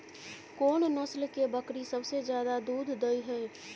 कोन नस्ल के बकरी सबसे ज्यादा दूध दय हय?